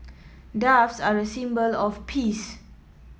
doves are a symbol of peace